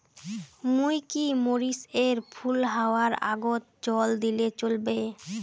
মুই কি মরিচ এর ফুল হাওয়ার আগত জল দিলে চলবে?